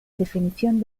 definición